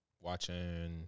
watching –